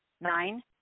Nine